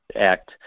act